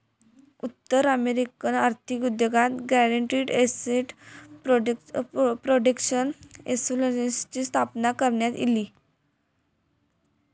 उत्तर अमेरिकन आर्थिक उद्योगात गॅरंटीड एसेट प्रोटेक्शन इन्शुरन्सची स्थापना करण्यात इली